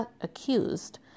accused